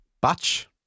batch